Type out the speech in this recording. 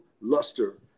luster